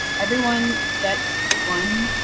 everyone gets one